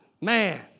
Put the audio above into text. Man